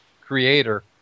creator